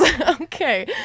Okay